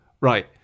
Right